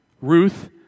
Ruth